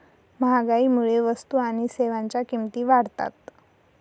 महागाईमुळे वस्तू आणि सेवांच्या किमती वाढतात